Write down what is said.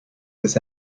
this